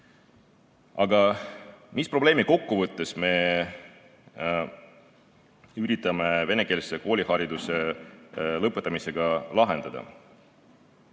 mis probleemi kokkuvõttes me üritame venekeelse koolihariduse lõpetamisega lahendada?